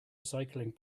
recycling